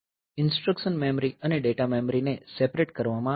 instruction memory અને data મેમરીને separate કરવામાં આવે છે